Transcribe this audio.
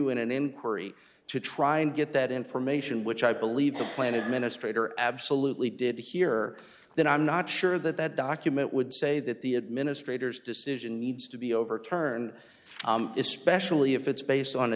inquiry to try and get that information which i believe the plan administrator absolutely did here then i'm not sure that that document would say that the administrators decision needs to be overturned especially if it's based on a